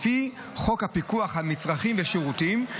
לפי חוק הפיקוח על מצרכים ושירותים,